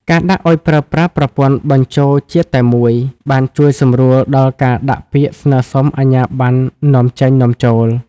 ការដាក់ឱ្យប្រើប្រាស់ប្រព័ន្ធ "បញ្ជរជាតិតែមួយ" បានជួយសម្រួលដល់ការដាក់ពាក្យស្នើសុំអាជ្ញាបណ្ណនាំចេញ-នាំចូល។